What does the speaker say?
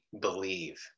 believe